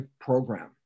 program